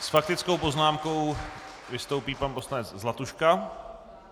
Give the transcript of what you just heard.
S faktickou poznámkou vystoupí pan poslanec Zlatuška.